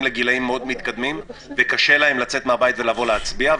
לגילאים מאוד מתקדמים וקשה להם לצאת מהבית ולבוא להצביע.